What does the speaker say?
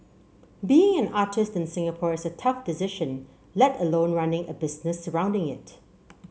being an artist in Singapore is a tough decision let alone running a business surrounding it